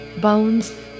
bones